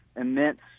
immense